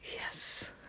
Yes